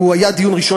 הוא היה דיון ראשון,